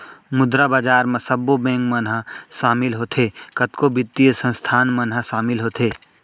मुद्रा बजार म सब्बो बेंक मन ह सामिल होथे, कतको बित्तीय संस्थान मन ह सामिल होथे